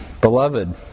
beloved